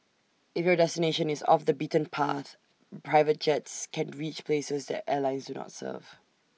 if your destination is off the beaten path private jets can reach places that airlines do not serve